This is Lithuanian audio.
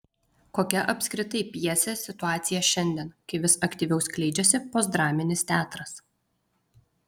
kokia apskritai pjesės situacija šiandien kai vis aktyviau skleidžiasi postdraminis teatras